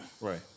Right